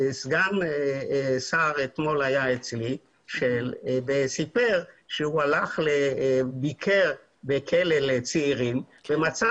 סגן השר אתמול היה אצלי וסיפר שהוא ביקר בכלא לצעירים ומצא